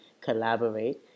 collaborate